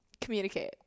Communicate